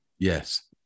Yes